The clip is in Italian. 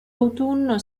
autunno